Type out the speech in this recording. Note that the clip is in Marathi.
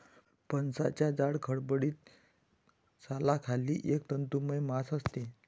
फणसाच्या जाड, खडबडीत सालाखाली एक तंतुमय मांस असते